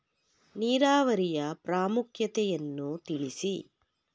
ನೀರಾವರಿಯ ಪ್ರಾಮುಖ್ಯತೆ ಯನ್ನು ತಿಳಿಸಿ?